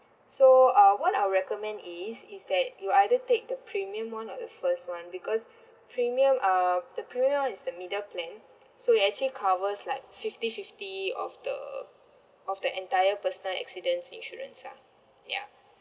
so uh what I'll recommend is is that you either take the premium one or the first one because premium uh the premium one is the middle plan so it actually covers like fifty fifty of the of the entire personal accidents insurance lah ya